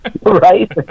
Right